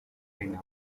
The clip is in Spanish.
reina